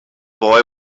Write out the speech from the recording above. boy